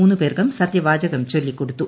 മൂന്നുപേർക്കും സത്യവാചകം ചൊല്ലിക്കൊടുത്തു